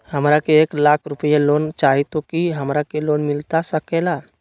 हमरा के एक लाख रुपए लोन चाही तो की हमरा के लोन मिलता सकेला?